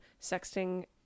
sexting